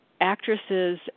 actresses